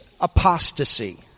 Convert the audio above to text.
apostasy